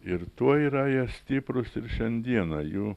ir tuo yra jie stiprūs ir šiandieną jų